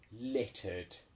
littered